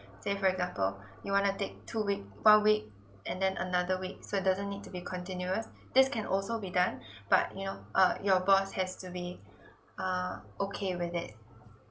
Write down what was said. say for example you want to take two week one week and then another week so it doesn't need to be continuous this can also be done but you know uh your boss has to be err okay with it